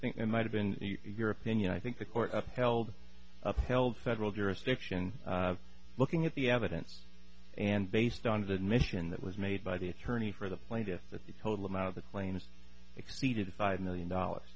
think it might have been your opinion i think the court upheld upheld federal jurisdiction looking at the evidence and based on the mission that was made by the attorney for the plaintiffs that the total amount of the claims exceeded five million dollars